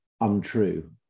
untrue